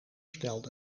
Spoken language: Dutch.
stelde